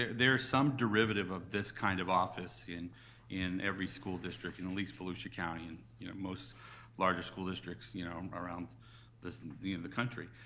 there are some derivative of this kind of office in in every school district, in at least volusia county, and you know most larger school districts you know around the and the country.